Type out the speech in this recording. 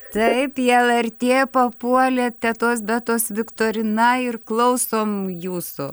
taip į lrt papuolėt tetos betos viktorina ir klausom jūsų